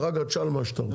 ואחר כך תשאל מה שאתה רוצה.